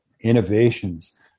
innovations